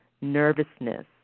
nervousness